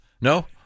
No